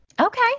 Okay